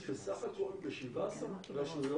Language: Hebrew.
יש בסך הכול ב-17 רשויות